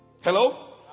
Hello